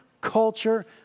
culture